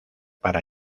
para